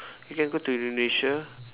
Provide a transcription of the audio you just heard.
you can go to Indonesia